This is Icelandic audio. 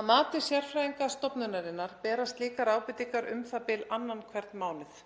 Að mati sérfræðinga stofnunarinnar berast slíkar ábendingar u.þ.b. annan hvern mánuð.